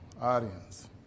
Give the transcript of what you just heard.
audience